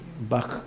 back